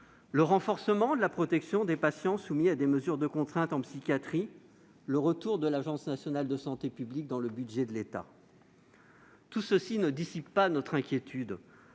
le renforcement de la protection des patients soumis à des mesures de contrainte en psychiatrie ; le retour de l'Agence nationale de santé publique dans le budget de l'État. Cela ne dissipe pas notre inquiétude